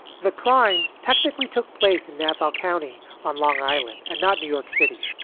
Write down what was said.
the crime technically took place in nassau county on long island and not new york city.